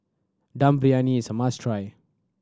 Dum Briyani is a must try